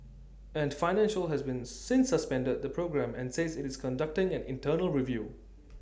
ant financial has been since suspended the programme and says IT is conducting an internal review